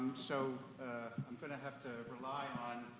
so i'm gonna have to rely